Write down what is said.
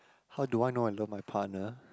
how do I know I love my partner